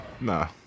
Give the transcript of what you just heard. Nah